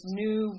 new